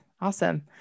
Awesome